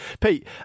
Pete